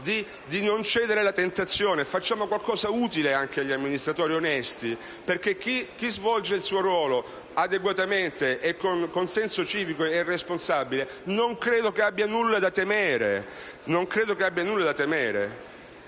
di non cedere alla tentazione. Facciamo qualcosa di utile anche per gli amministratori onesti, perché chi svolge il suo ruolo adeguatamente e con senso civico e responsabile non credo abbia nulla da temere.